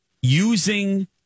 using